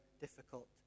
difficult